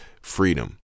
freedom